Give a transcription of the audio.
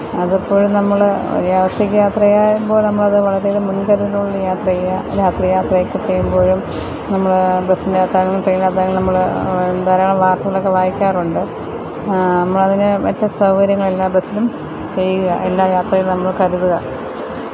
അതപ്പോഴും നമ്മൾ ഒറ്റക്ക് യാത്രയാകുമ്പോൾ നമ്മളത് വളരെയധികം മുന്കരുതലോടുകൂടി യാത്ര ചെയ്യുക രാത്രിയാത്രയൊക്കെ ചെയ്യുമ്പോഴും നമ്മൾ ബസിൻറ്റകത്താണെങ്കിലും ട്രെയിനിനകത്താണെങ്കിലും നമ്മൾ ധാരാളം വാര്ത്തകളൊക്കെ വായിക്കാറുണ്ട് നമ്മളതിനെ മറ്റു സൗകര്യങ്ങളെല്ലാ ബസ്സിലും ചെയ്യുക എല്ലാ യാത്രയിലും നമ്മള് കരുതുക